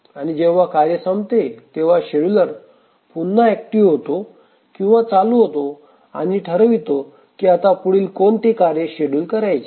आणि जेव्हा कार्य संपते तेव्हा शेड्युलर पुन्हा ऍक्टिव्ह होतो किंवा चालू होतो आणि ठरवतो कि आता पुढील कोणते कार्य शेडूल करायचे